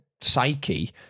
psyche